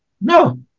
No